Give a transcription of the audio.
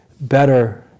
better